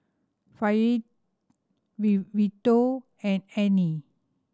Fail V Vito and Annie